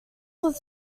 was